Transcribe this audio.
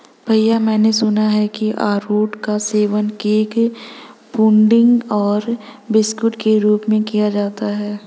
भैया मैंने सुना है कि अरारोट का सेवन केक पुडिंग और बिस्कुट के रूप में किया जाता है